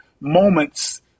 moments